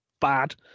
bad